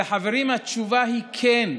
אלא, חברים, התשובה היא כן.